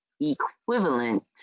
equivalent